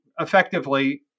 effectively